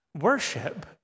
worship